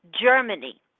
germany